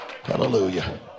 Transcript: Hallelujah